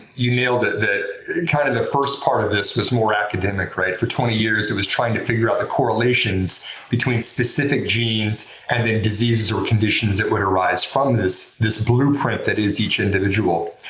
you nailed it. the kind of the first part of this is more academic. for twenty years, it was trying to figure out the correlations between specific genes and diseases or conditions that would arise from this this blueprint that is each individual.